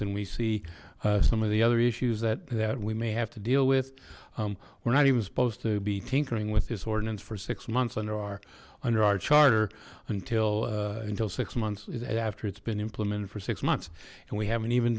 and we see some of the other issues that that we may have to deal with we're not even supposed to be tinkering with this ordinance for six months under our under our charter until until six months after it's been implemented for six months and we haven't even